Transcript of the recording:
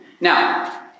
Now